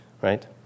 right